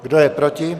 Kdo je proti?